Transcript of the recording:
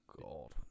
god